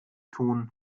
tun